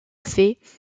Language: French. fait